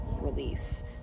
release